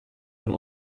sein